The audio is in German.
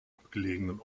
abgelegenen